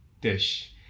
dish